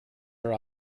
are